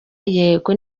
yego